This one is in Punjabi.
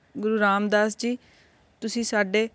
ਗੁਰੂ ਰਾਮਦਾਸ ਜੀ ਤੁਸੀਂ ਸਾਡੇ